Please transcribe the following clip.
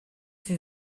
sie